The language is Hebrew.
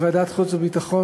בוועדת החוץ והביטחון,